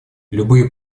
любые